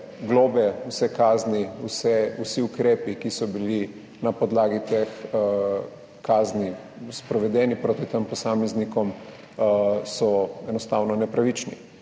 vse kazni, vsi ukrepi, ki so bili na podlagi teh kazni sprovedeni proti tem posameznikom, so bili enostavno nepravični.